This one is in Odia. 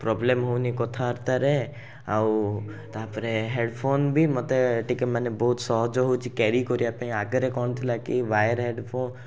ପ୍ରୋବ୍ଲେମ୍ ହେଉନି କଥାବାର୍ତ୍ତାରେ ଆଉ ତା'ପରେ ହେଡ଼୍ଫୋନ୍ ବି ମୋତେ ଟିକିଏ ମାନେ ବହୁତ ସହଜ ହଉଛି କ୍ୟାରୀ କରିବାପାଇଁ ଆଗରେ କ'ଣ ଥିଲା କି ୱାୟାର୍ ହେଡ଼୍ଫୋନ୍